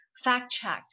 fact-checked